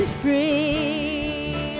free